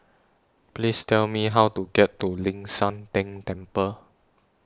Please Tell Me How to get to Ling San Teng Temple